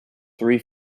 three